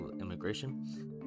immigration